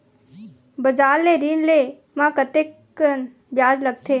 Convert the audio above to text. बजार ले ऋण ले म कतेकन ब्याज लगथे?